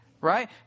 Right